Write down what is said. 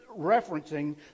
referencing